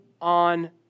on